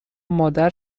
مادر